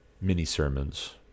mini-sermons